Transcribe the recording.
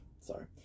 Sorry